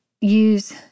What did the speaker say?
use